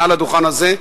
מעל הדוכן הזה,